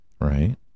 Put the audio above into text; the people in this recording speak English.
Right